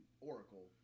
Oracle